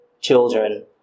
children